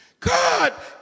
God